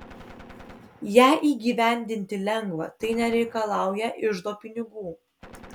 ją įgyvendinti lengva tai nereikalauja iždo pinigų